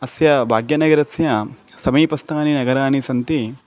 अस्य भाग्यनगरस्य समीपस्थानि नगराणि सन्ति